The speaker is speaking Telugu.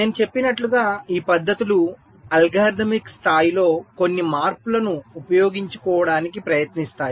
నేను చెప్పినట్లుగా ఈ పద్ధతులు అల్గోరిథమిక్ స్థాయిలో కొన్ని మార్పులను ఉపయోగించుకోవడానికి ప్రయత్నిస్తాయి